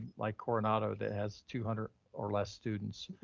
like coronado, that has two hundred or less students.